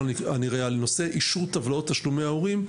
בנושא אישור טבלאות תשלומי ההורים,